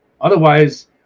Otherwise